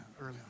early